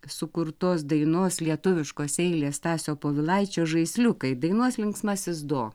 sukurtos dainos lietuviškos eilės stasio povilaičio žaisliukai dainuos linksmasis do